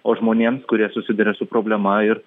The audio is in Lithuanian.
o žmonėms kurie susiduria su problema ir